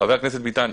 חבר הכנסת ביטן,